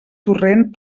torrent